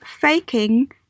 faking